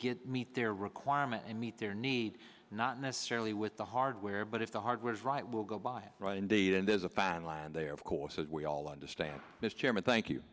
get meet their requirements and meet their needs not necessarily with the hardware but if the hardware is right we'll go buy it right indeed and there's a fine line there of course as we all understand mr chairman thank you